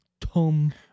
Tom